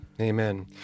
Amen